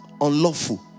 unlawful